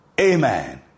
amen